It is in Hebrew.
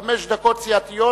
חמש דקות סיעתיות,